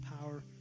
power